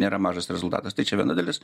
nėra mažas rezultatas tai čia viena dalis